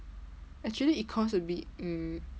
actually econs will be um